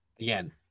again